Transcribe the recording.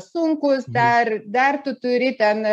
sunkus dar dar tu turi ten